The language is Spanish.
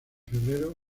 febrero